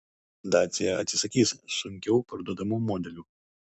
dacia atsisakys sunkiau parduodamų modelių